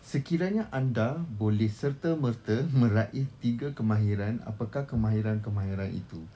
sekiranya anda boleh serta-merta meraih tiga kemahiran apakah kemahiran-kemahiran itu